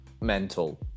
mental